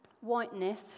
whiteness